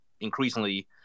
increasingly –